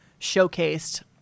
showcased